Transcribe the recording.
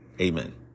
amen